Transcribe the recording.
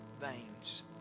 veins